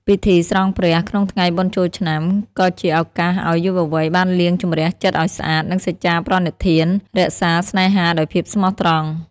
ពិធី "ស្រង់ព្រះ" ក្នុងថ្ងៃបុណ្យចូលឆ្នាំ ក៏ជាឱកាសឱ្យយុវវ័យបានលាងជម្រះចិត្តឱ្យស្អាត និងសច្ចាប្រណិធានរក្សាស្នេហាដោយភាពស្មោះត្រង់។